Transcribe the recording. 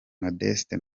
modeste